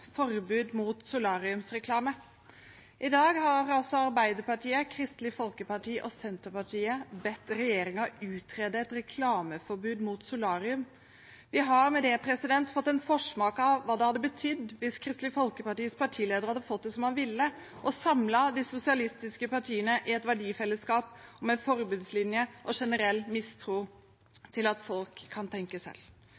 Forbud mot solariumsreklame – i dag har altså Arbeiderpartiet, Kristelig Folkeparti og Senterpartiet bedt regjeringen utrede et reklameforbud mot solarium. Vi har med det fått en forsmak på hva det hadde betydd hvis Kristelig Folkepartis partileder hadde fått det som han ville, og samlet de sosialistiske partiene i et verdifellesskap med en forbudslinje og generell